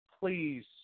please